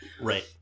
Right